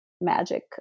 magic